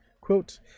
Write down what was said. quote